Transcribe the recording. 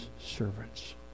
servants